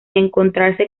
encontrarse